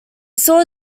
saw